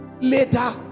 later